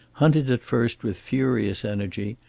hunted at first with furious energy,